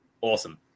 awesome